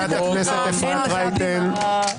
חברת הכנסת אפרת רייטן.